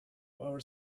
our